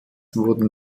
wurden